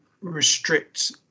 restrict